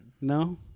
No